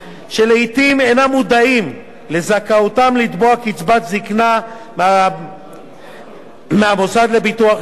שלעתים אינם מודעים לזכאותם לתבוע קצבת זיקנה מהמוסד לביטוח לאומי,